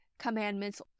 Commandments